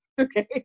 okay